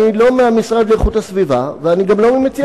אני לא מהמשרד לאיכות הסביבה ואני גם לא מציע החוק.